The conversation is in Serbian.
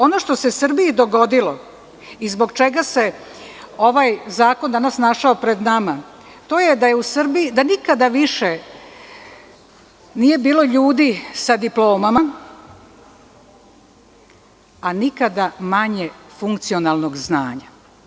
Ono što se Srbiji dogodilo i zbog čega se ovaj zakon danas našao pred nama, to je da nikada više nije bilo ljudi sa diplomama a nikada manje funkcionalnog znanja.